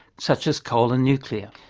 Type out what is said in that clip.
such as coal and nuclear.